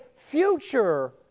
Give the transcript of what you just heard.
future